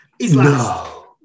No